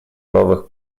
новых